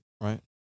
Right